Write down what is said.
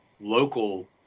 local